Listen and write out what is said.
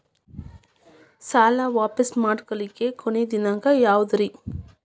ಸಾಲಾ ವಾಪಸ್ ಮಾಡ್ಲಿಕ್ಕೆ ಕೊನಿ ದಿನಾಂಕ ಯಾವುದ್ರಿ?